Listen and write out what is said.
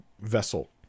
vessel